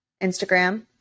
Instagram